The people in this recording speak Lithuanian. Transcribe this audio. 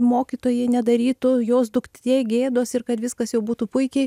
mokytojai nedarytų jos duktė gėdos ir kad viskas jau būtų puikiai